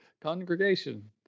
Congregation